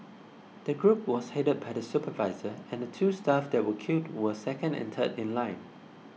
the group was headed by the supervisor and the two staff that were killed were second and third in line